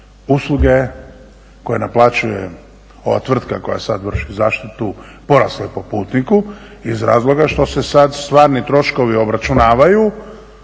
usluge koje naplaćuje ova tvrtka koja sad vrši zaštitu, porasla je po putniku iz razloga što se sad stvarni troškovi obračunavaju